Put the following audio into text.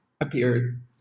appeared